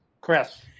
Chris